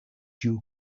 you